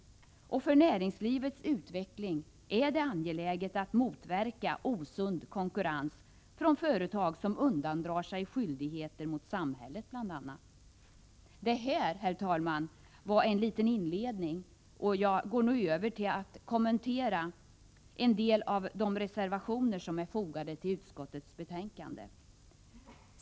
För näringslivets utveckling är det angeläget att motverka osund konkurrens från företag som undandrar sig skyldigheter mot samhället bl.a. Det här, herr talman, var en liten inledning, och jag går nu över till att något kommentera en del av de reservationer som är fogade till utskottets betänkande.